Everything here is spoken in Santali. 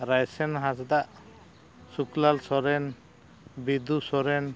ᱨᱟᱭᱥᱮᱱ ᱦᱟᱸᱥᱫᱟᱜ ᱥᱩᱠᱞᱟᱞ ᱥᱚᱨᱮᱱ ᱵᱤᱫᱩ ᱥᱚᱨᱮᱱ